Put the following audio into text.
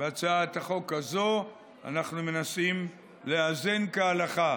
בהצעת החוק הזו אנחנו מנסים לאזן כהלכה